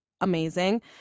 amazing